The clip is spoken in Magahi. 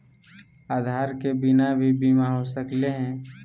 आधार के बिना भी बीमा हो सकले है?